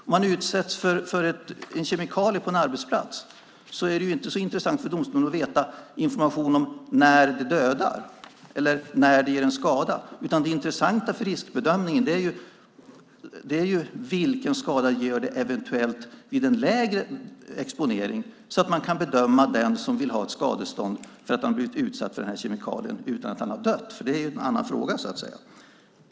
Om man utsätts för en kemikalie på en arbetsplats är det ju inte så intressant för domstolen att få information om när det dödar eller när det ger en skada. Det intressanta för riskbedömningen är ju vilken skada det eventuellt gör vid en lägre exponering så att man kan bedöma den som vill ha ett skadestånd för att han har blivit utsatt för den här kemikalien - utan att ha dött. Det är ju en annan fråga.